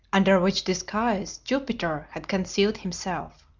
under which disguise jupiter had concealed himself.